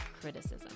criticism